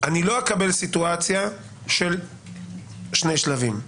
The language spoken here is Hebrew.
אני לא אקבל סיטואציה של שני שלבים.